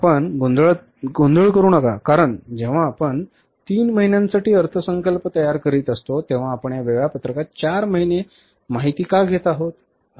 आपण गोंधळ करू नका कारण जेव्हा आपण 3 महिन्यांसाठी अर्थसंकल्प तयार करीत असतो तेव्हा आपण या वेळापत्रकात 4 महिने माहिती का घेत आहोत